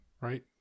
right